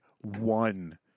one